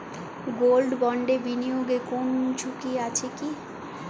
Gold বন্ডে বিনিয়োগে কোন ঝুঁকি আছে কি?